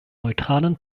neutralen